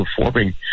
performing